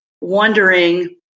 wondering